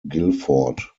guilford